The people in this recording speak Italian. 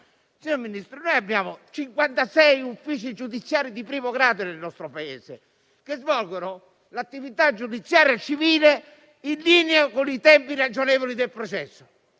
Signor Ministro, nel nostro Paese abbiamo 56 uffici giudiziari di primo grado, che svolgono l'attività giudiziaria civile in linea con i tempi ragionevoli del processo,